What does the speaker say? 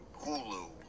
Hulu